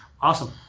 Awesome